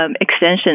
extension